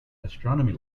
astronomy